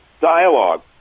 dialogue